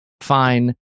fine